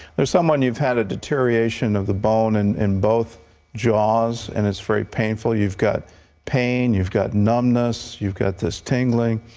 there is someone, you've had a deterioration of the bone and in both jaws. and it's very painful. you've got pain. you've got numbness. you've got this tingling,